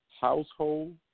Household